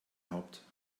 haupt